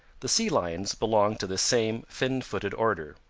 the sea lions belong to this same fin-footed order.